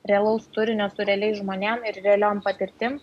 realaus turinio su realiais žmonėm ir realiom patirtim